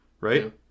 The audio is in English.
right